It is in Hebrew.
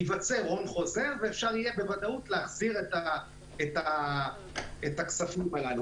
ייווצר הון חוזר ואפשר יהיה בוודאות להחזיר את הכספים הללו.